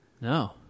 No